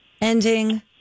ending